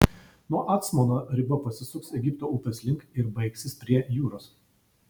nuo acmono riba pasisuks egipto upės link ir baigsis prie jūros